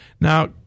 Now